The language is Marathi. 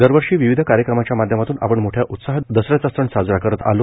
दरवर्षी विविध कार्यक्रमांच्या माध्यमातून आपण मोठ्या उत्साहात दसऱ्याचा साजरा करत आलो